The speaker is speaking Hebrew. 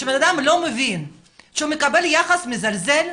כשבן אדם לא מבין, שהוא מקבל יחס מזלזל,